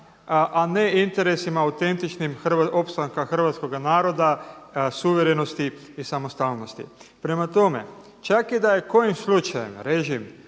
a ne interesima autentičnim opstanka hrvatskoga naroda, suverenosti i samostalnosti. Prema tome, čak i da je kojim slučajem režim